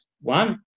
one